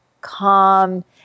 calm